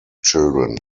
children